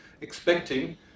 expecting